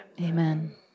Amen